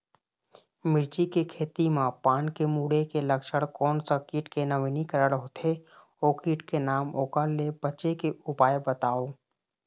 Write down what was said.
मिर्ची के खेती मा पान के मुड़े के लक्षण कोन सा कीट के नवीनीकरण होथे ओ कीट के नाम ओकर ले बचे के उपाय बताओ?